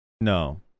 No